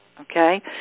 okay